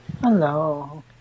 Hello